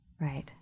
right